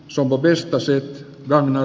sumo pestasi rannan